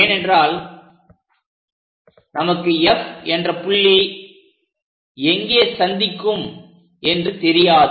ஏனென்றால் நமக்கு F என்ற புள்ளி எங்கே சந்திக்கும் என்று தெரியாது